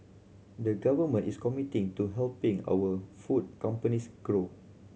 the Government is committed to helping our food companies grow